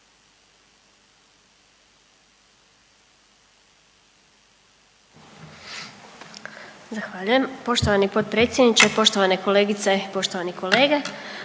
Zahvaljujem. Poštovani potpredsjedniče, poštovane kolegice, poštovani kolege.